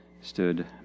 stood